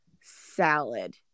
salad